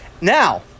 Now